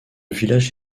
village